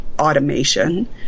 automation